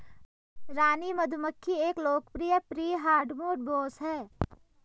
रानी मधुमक्खी एक लोकप्रिय प्री हार्डमोड बॉस है